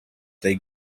they